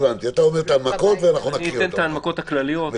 אתן את ההנמקות הכלליות,